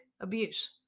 abuse